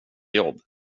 jobb